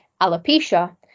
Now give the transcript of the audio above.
alopecia